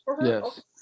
yes